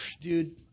dude